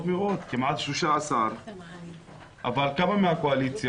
מאוד כמעט 13. אבל כמה מהקואליציה?